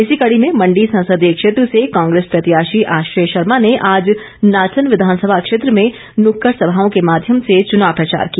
इसी कड़ी में मण्डी संसदीय क्षेत्र से कांग्रेस प्रत्याशी आश्रय शर्मा ने आज नाचन विधानसभा क्षेत्र में नुक्कड़ सभाओं के माध्यम से चुनाव प्रचार किया